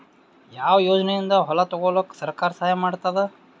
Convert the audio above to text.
ಯಾವ ಯೋಜನೆಯಿಂದ ಹೊಲ ತೊಗೊಲುಕ ಸರ್ಕಾರ ಸಹಾಯ ಮಾಡತಾದ?